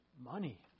money